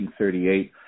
1938